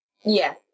Yes